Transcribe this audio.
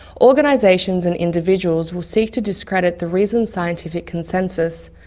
organisations and individuals will seek to discredit the reasoned scientific consensus,